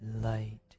light